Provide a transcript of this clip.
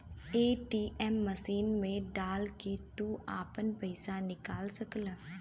ATM machine मे डाल के तू आपन पइसा निकाल सकला